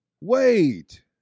wait